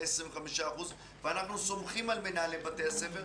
ה-25% - ואנחנו סומכים על מנהלי בתי הספר,